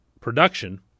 production